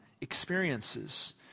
experiences